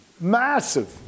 massive